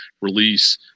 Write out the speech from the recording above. release